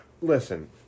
listen